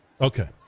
Okay